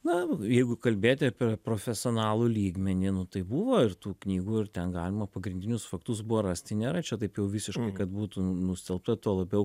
na jeigu kalbėti apie profesionalų lygmenį nu tai buvo ir tų knygų ir ten galima pagrindinius faktus buvo rasti nėra čia taip jau visiškai kad būtų nustelbta tuo labiau